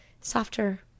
softer